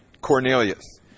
Cornelius